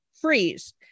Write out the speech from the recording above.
freeze